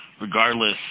regardless